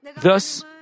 Thus